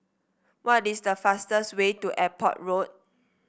what is the fastest way to Airport Road